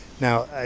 Now